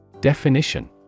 Definition